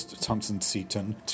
Thompson-Seaton